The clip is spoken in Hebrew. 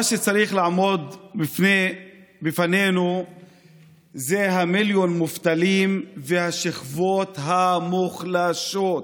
מה שצריך לעמוד בפנינו זה מיליון המובטלים והשכבות המוחלשות.